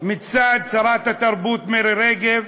מצד שרת התרבות מירי רגב,